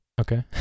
Okay